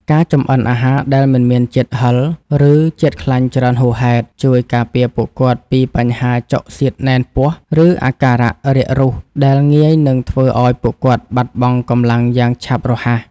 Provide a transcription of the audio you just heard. ការចម្អិនអាហារដែលមិនមានជាតិហឹរ ឬជាតិខ្លាញ់ច្រើនហួសហេតុ ជួយការពារពួកគាត់ពីបញ្ហាចុកសៀតណែនពោះ ឬអាការៈរាគរូសដែលងាយនឹងធ្វើឱ្យពួកគាត់បាត់បង់កម្លាំងយ៉ាងឆាប់រហ័ស។